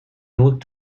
looked